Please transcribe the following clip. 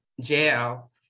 jail